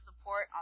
support